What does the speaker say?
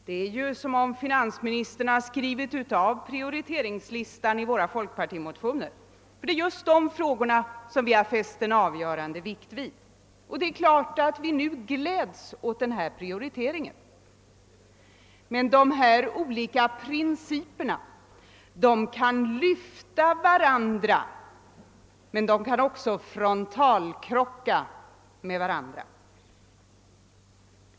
Det verkar som om finansministern har skrivit av prioriteringslistan i folkpartimotionerna. Det är just dessa frågor som vi fäst den avgörande vikten vid, och det är klart att vi nu gläds åt denna prioritering. Dessa olika principer kan stödja varandra, men de kan också frontalkrocka med varandra.